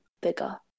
bigger